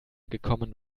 gekommen